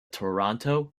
toronto